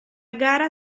gara